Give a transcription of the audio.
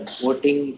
voting